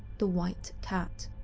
the white cat.